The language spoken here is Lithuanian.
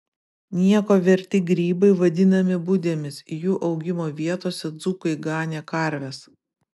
nieko verti grybai vadinami budėmis jų augimo vietose dzūkai ganė karves